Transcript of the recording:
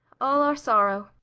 all our sorrow.